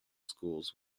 schools